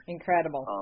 Incredible